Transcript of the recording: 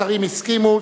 השרים הסכימו,